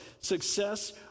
success